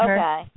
Okay